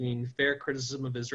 לא